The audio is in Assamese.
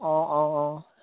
অঁ অঁ অঁ